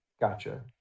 gotcha